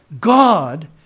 God